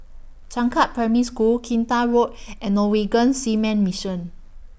Changkat Primary School Kinta Road and Norwegian Seamen's Mission